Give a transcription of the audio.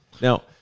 Now